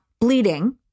bleeding